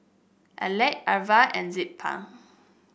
Alek Irva and Zilpah